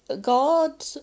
God